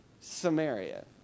Samaria